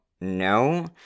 No